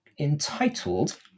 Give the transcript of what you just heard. entitled